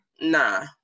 nah